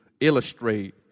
illustrate